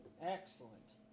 Excellent